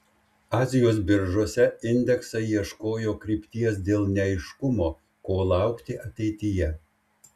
azijos biržose indeksai ieškojo krypties dėl neaiškumo ko laukti ateityje